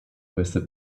questa